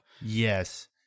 Yes